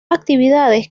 actividades